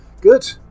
Good